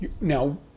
Now